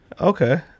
Okay